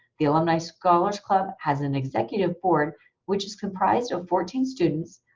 the alumni scholars club has an executive board which is comprised of fourteen students,